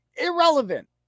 irrelevant